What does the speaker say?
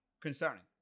Concerning